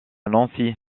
nancy